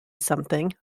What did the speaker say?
something